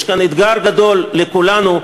יש כאן אתגר גדול לכולנו,